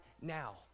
now